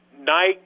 night